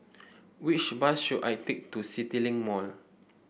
which bus should I take to CityLink Mall